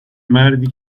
مردی